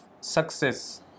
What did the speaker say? success